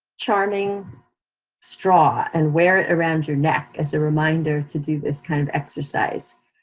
charming straw and wear it around your neck as a reminder to do this kind of exercise.